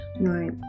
right